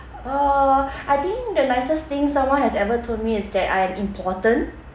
uh I think the nicest thing someone has ever told me is that I am important